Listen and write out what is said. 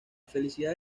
felicidad